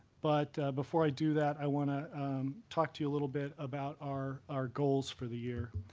but before i do that, i want to talk to you a little bit about our our goals for the year.